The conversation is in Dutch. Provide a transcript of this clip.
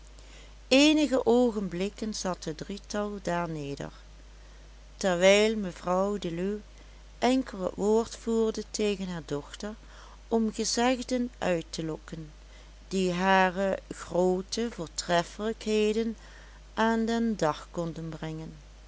eenige oogenblikken zat het drietal daar neder terwijl mevrouw deluw enkel het woord voerde tegen haar dochter om gezegden uit te lokken die hare groote voortreffelijkheden aan den dag konden brengen